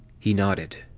he nodded.